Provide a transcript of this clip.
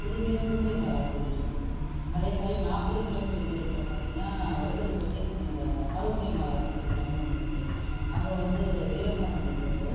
புதுமை பூண்டி மாதாக் கோவில் இருக்குது அதே மாதிரி நாற்பது கிலோமீட்டர் தூரத்தில் பார்த்தீங்கன்னா வடுகர்பேட்டை புனித ஆரோக்கிய மாதா திருத்தலம்ன்னு ஒன்று இருக்குது அங்கே வந்து வீரமாமுனிவர் வந்து